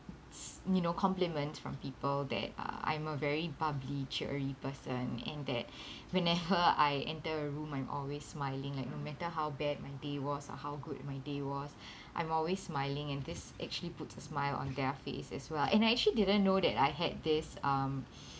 you know compliments from people that uh I'm a very bubbly cheery person and that whenever I enter a room I'm always smiling like no matter how bad my day was or how good my day was I'm always smiling and this actually puts a smile on their face as well and I actually didn't know that I had this um